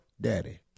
daddy